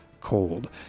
cold